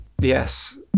Yes